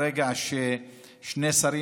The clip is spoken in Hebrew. ברגע ששני שרים,